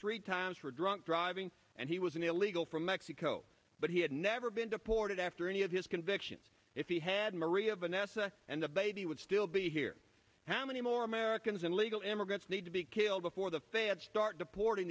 three times for drunk driving and he was an illegal from mexico but he had never been deported after any of his convictions if he had maria vanessa and the baby would still be here how many more americans illegal immigrants need to be killed before the fans start deporting